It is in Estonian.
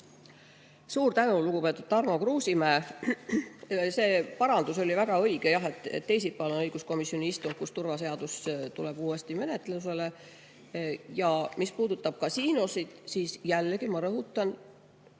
Suur tänu, lugupeetud Tarmo Kruusimäe! See parandus oli väga õige. Jah, teisipäeval on õiguskomisjoni istung, kus turvaseadus tuleb uuesti menetlusele. Ja mis puudutab kasiinosid, siis jällegi, ma rõhutan